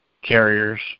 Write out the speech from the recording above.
Carriers